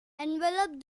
envelop